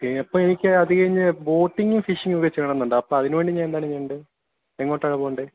okay അപ്പോൾ എനിക്ക് അധികം ഞാൻ ബോട്ടിങ്ങും ഫിഷിംഗും ഒക്കെ ചെയ്യണമെന്നുണ്ട് അപ്പോൾ അതിനുവേണ്ടി ഞാൻ എന്താണ് ചെയ്യേണ്ടത് എങ്ങോട്ടാണ് പോകേണ്ടത്